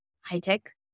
high-tech